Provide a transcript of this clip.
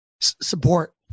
support